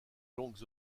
longues